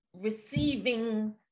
receiving